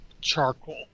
charcoal